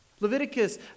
Leviticus